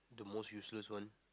the most useless one